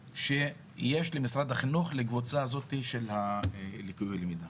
שיש למשרד החינוך לקבוצה הזאת של ליקויי הלמידה.